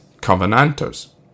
covenanters